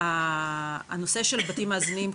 הנושא של בתים מאזנים,